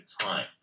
time